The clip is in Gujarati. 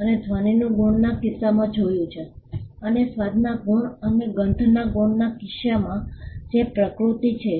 અમે ધ્વનિ ગુણના કિસ્સામાં જોયું છે અને સ્વાદના ગુણ અને ગંધના ગુણના કિસ્સામાં જે પ્રકૃતિ છે